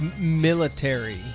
military